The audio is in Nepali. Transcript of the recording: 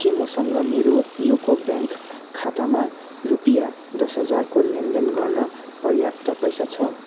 के मसँग मेरो युको ब्याङ्क खातामा रुपियाँ दस हजारको लेनदेन गर्न पर्याप्त पैसा छ